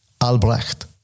Albrecht